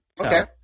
Okay